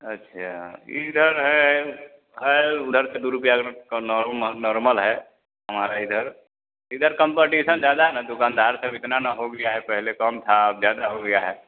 अच्छा इधर है है उधर से दो रुपिया नॉर्मल है हमारे इधर इधर कम्पटिशन ज़्यादा है न दुकानदार सब इतना न हो गया है पहले कम था अब ज़्यादा हो गया है